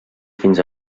fins